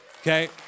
Okay